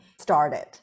started